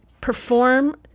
perform